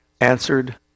answered